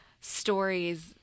stories